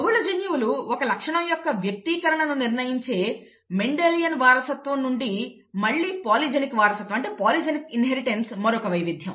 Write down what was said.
బహుళ జన్యువులు ఒక లక్షణం యొక్క వ్యక్తీకరణను నిర్ణయించే మెండెలియన్ వారసత్వం నుండి మళ్లీ పాలిజెనిక్ వారసత్వం మరొక వైవిధ్యం